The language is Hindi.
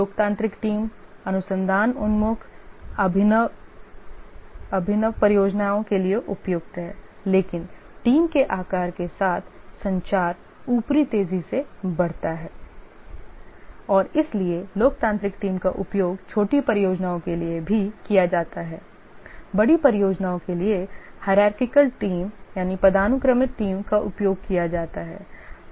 लोकतांत्रिक टीम अनुसंधान उन्मुख अभिनव परियोजनाओं के लिए उपयुक्त है लेकिन टीम के आकार के साथ संचार उपरि तेजी से बढ़ता है और इसलिए लोकतांत्रिक टीम का उपयोग छोटी परियोजनाओं के लिए भी किया जाता है बड़ी परियोजनाओं के लिए पदानुक्रमित टीम का उपयोग किया जाता है